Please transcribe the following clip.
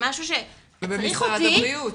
ובמשרד הבריאות.